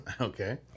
Okay